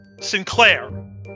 Sinclair